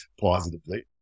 positively